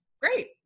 Great